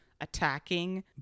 attacking